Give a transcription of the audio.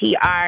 PR